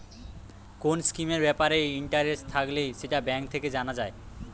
কোন স্কিমের ব্যাপারে ইন্টারেস্ট থাকলে সেটা ব্যাঙ্ক থেকে জানা যায়